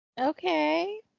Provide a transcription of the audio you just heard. Okay